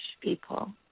people